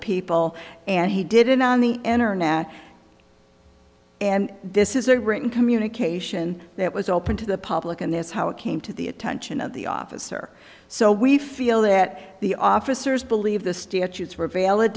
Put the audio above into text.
people and he did it on the internet and this is a written communication that was open to the public and that's how it came to the attention of the officer so we feel that the officers believe the statutes were valid